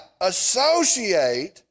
associate